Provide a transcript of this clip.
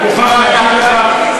אם לא היה, לא הייתי נזעק.